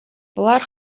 болар